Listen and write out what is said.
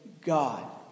God